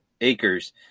Acres